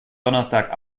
donnerstag